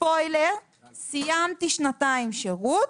אנחנו נותנים דוגמאות.